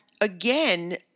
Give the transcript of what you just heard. again